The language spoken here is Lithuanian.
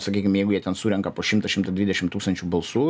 sakykim jeigu jie ten surenka po šimtą šimtą dvidešim tūkstančių balsų